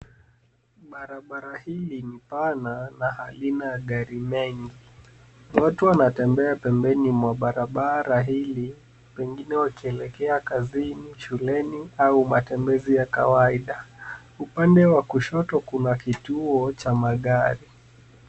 Barabara hili ni pana na halina magari mengi. Watu wanatembea pembeni mwa barabara hili, pengine wakielekea kazini, shuleni au matembezi ya kawaida. Upande wa kushoto kuna kituo cha magari.